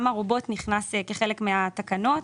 גם הרובוט נכנס כחלק מהתקנות.